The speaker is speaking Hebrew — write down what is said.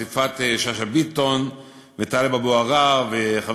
יפעת שאשא ביטון וטלב אבו עראר וחבר